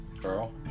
Girl